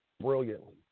brilliantly